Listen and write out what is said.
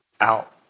out